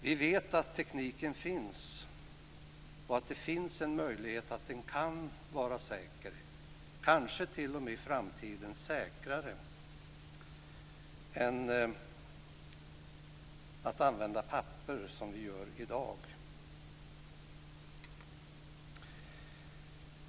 Vi vet att tekniken finns, och att det finns en möjlighet att den kan vara säker - kanske t.o.m. i framtiden säkrare än att använda papper som vi gör i dag.